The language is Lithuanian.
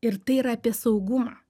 ir tai yra apie saugumą